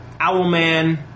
Owlman